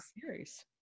series